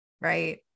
right